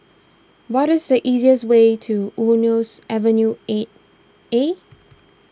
what is the easiest way to Eunos Avenue eight A